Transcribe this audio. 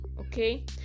Okay